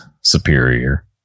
superior